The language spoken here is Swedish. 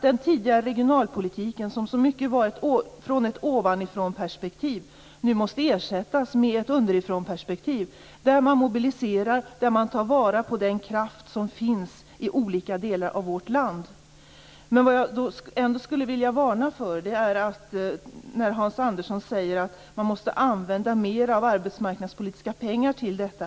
Den tidigare regionalpolitiken, som så mycket var ett ovanifrånperspektiv, måste nu ersättas med ett underifrånperspektiv, där man mobiliserar och tar vara på den kraft som finns i olika delar av vårt land. Jag skulle ändå vilja utfärda en varning när Hans Andersson säger att man måste använda mer av arbetsmarknadspolitiska pengar till detta.